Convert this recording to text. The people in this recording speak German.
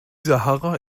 sahara